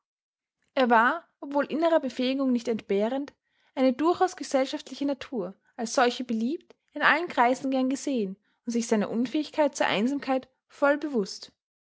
er war obwohl innerer befähigung nicht entbehrend eine durchaus gesellschaftliche natur als solche beliebt in allen kreisen gern gesehen und sich seiner unfähigkeit zur einsamkeit voll bewußt